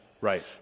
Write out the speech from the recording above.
Right